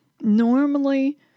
Normally